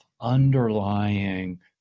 underlying